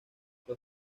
los